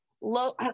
low